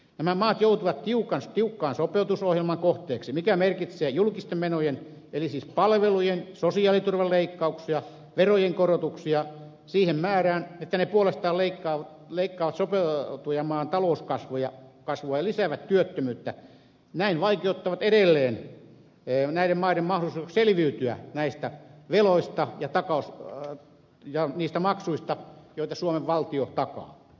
nämä maat joutuvat tiukan sopeutusohjelman kohteeksi mikä merkitsee julkisten menojen eli siis palvelujen sosiaaliturvan leikkauksia verojen korotuksia siihen määrään että ne puolestaan leikkaavat sopeutujamaan talouskasvua ja lisäävät työttömyyttä ja näin vaikeuttavat edelleen näiden maiden mahdollisuuksia selviytyä näistä veloista ja niistä maksuista joita suomen valtio takaa